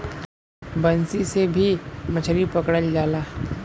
बंसी से भी मछरी पकड़ल जाला